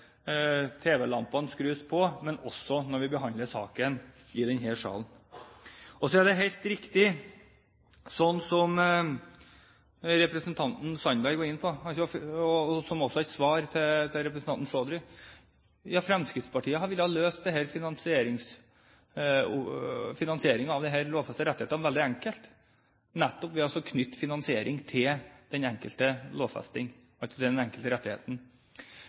på, men også når vi behandler saken i denne salen. Så er det helt riktig det som representanten Sandberg var inne på, som også er et svar til representanten Chaudhry: Ja, Fremskrittspartiet har villet løse finansieringen av disse lovfestede rettighetene veldig enkelt, nettopp ved å knytte finansiering til den enkelte rettigheten. Problemet i dag er jo nettopp at kommunene som skal forvalte dette, på mange områder ikke har penger til